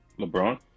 LeBron